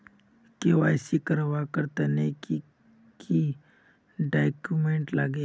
KYC करवार तने की की डॉक्यूमेंट लागे?